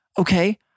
Okay